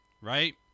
right